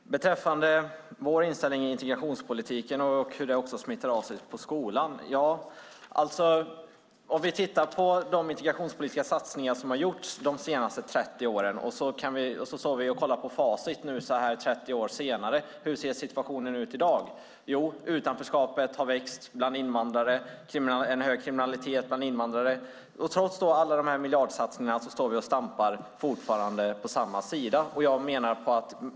Fru talman! Beträffande vår inställning i integrationspolitiken och hur det smittar av sig på skolan: Man kan titta på de integrationspolitiska satsningar som har gjorts de senaste 30 åren och kolla på facit. Hur ser situationen ut i dag? Jo, utanförskapet har växt bland invandrare och det är hög kriminalitet bland invandrare. Trots alla dessa miljardsatsningar står vi fortfarande och stampar på samma sida.